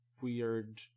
weird